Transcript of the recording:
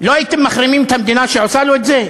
לא הייתם מחרימים את המדינה שעושה לו את זה?